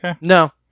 No